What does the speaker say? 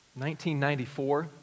1994